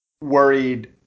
worried